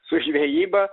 su žvejyba